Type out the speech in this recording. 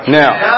now